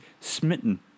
smitten